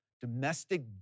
Domestic